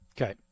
Okay